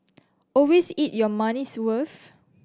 always eat your money's worth